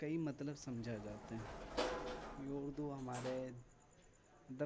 کئی مطلب سمجھا جاتے ہیں یہ اردو ہمارے ادب